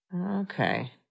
Okay